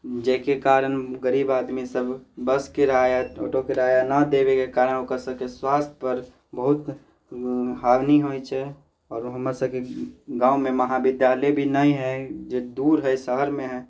जाहिके कारण गरीब आदमी सब बस किराआ ऑटो किराआ नहि देबेके कारण ओकर सबकेँ स्वास्थ्य पर बहुत हानि होइत छै आओर ओ हमर सबके गाँवमे महाविद्यालय भी नहि हइ जे दूर हइ शहरमे हइ